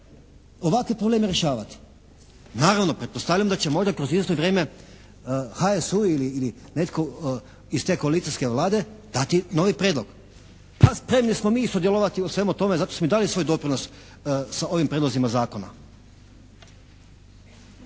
ovakve probleme rješavati. Naravno, pretpostavljam da će možda kroz …/Govornik se ne razumije./… vrijeme HSU ili netko iz te koalicijske Vlade dati novi prijedlog. Pa spremni smo mi sudjelovati u svemu tome, zato smo i dali svoj doprinos sa ovim prijedlozima zakona.